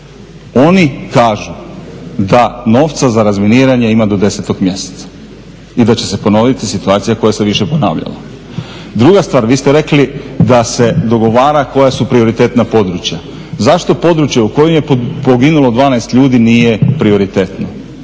oni kažu da novca za razminiranje ima do 10 mjeseca i da će se ponoviti situacija koja se više ponavljala. Druga stvar, vi ste rekli da se dogovara koja su prioritetna područja. Zašto područje u kojim je poginulo 12 ljudi nije prioritetno